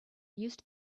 used